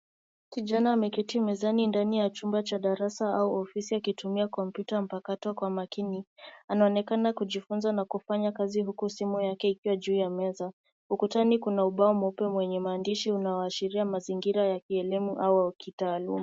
Kijana ameketi mezani ndani ya chumba cha darasa au ofisi akitumia kompyuta mpakato kwa makini. Anaonekana kujifunza na kufanya kazi huku simu yake ikiwa juu ya meza. Ukutani kuna ubao mweupe mwenye maandishi unaoashiria mazingira ya kielimu au wa kitaaluma.